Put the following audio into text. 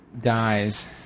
dies